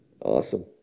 Awesome